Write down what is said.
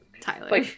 Tyler